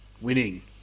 Winning